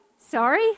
Sorry